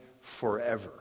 forever